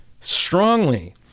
strongly